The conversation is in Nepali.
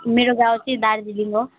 मेरो गाउँ चाहिँ दार्जिलिङ हो